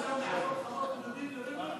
אתה מוכן גם לעשות חוות בודדים בנגב?